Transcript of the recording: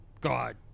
God